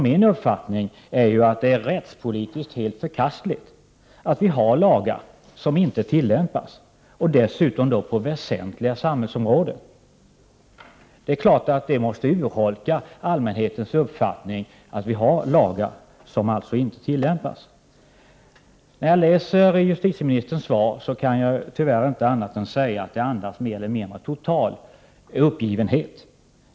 Min uppfattning är att det är rättspolitiskt helt förkastligt att vi har lagar som inte tillämpas, och på väsentliga samhällsområden dessutom. Det faktum att vi har lagar som inte tillämpas måste urholka allmänhetens rättsuppfattning. När jag läst justitieministerns svar kan jag tyvärr inte säga annat än att det andas mer eller mindre total uppgivenhet.